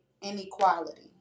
inequality